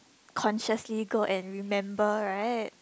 consciously go and remember right